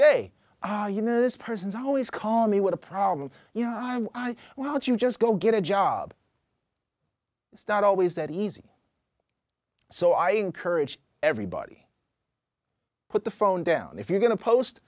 day you know this person is always calling me what a problem you know well if you just go get a job it's not always that easy so i encourage everybody put the phone down if you're going to post